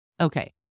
Okay